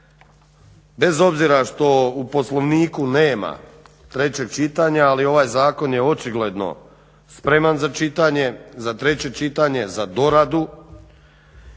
bez obzira što u Poslovniku nema trećeg čitanja, ali ovaj zakon je očigledno spreman za čitanje, za treće